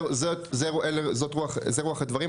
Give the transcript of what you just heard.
זה רוח הדברים,